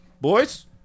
Boys